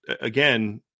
again